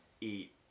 eat